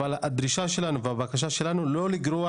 אבל הדרישה שלנו והבקשה שלנו היא לא לגרוע